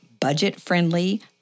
budget-friendly